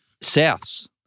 Souths